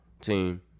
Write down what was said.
team